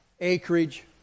acreage